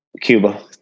Cuba